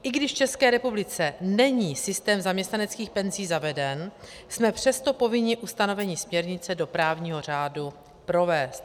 I když v České republice není systém zaměstnaneckých penzí zaveden, jsme přesto povinni ustanovení směrnice do právního řádu provést.